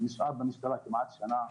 נשאר במשטרה במשך כמעט שנה.